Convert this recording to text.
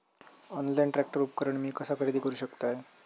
Online tractor उपकरण मी कसा खरेदी करू शकतय?